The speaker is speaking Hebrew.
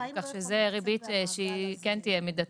כך שזה ריבית שהיא כן תהיה מידתית.